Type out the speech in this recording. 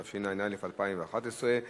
התשע"א-2011.